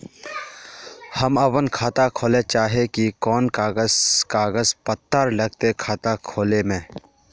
हम अपन खाता खोले चाहे ही कोन कागज कागज पत्तार लगते खाता खोले में?